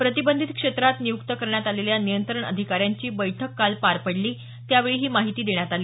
प्रतिबंधित क्षेत्रात नियुक्त करण्यात आलेल्या नियंत्रण अधिकाऱ्यांची बैठक काल पार पडली त्यावेळी ही माहिती देण्यात आली